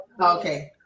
Okay